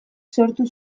sortu